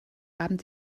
abend